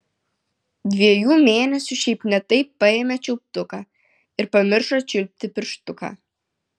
dviejų mėnesių šiaip ne taip paėmė čiulptuką ir pamiršo čiulpti pirštuką